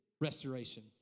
restoration